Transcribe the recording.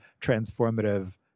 transformative